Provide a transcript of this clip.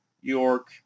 York